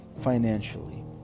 financially